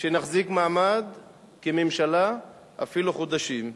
שנחזיק מעמד כממשלה אפילו חודשים,